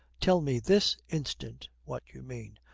tell me this instant what you mean.